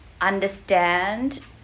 understand